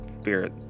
spirit